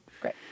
Great